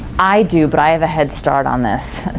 i do, but i have a head start on this.